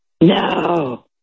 No